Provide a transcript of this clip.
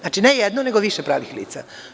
Ne jedno, nego više pravnih lica.